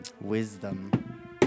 Wisdom